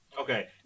okay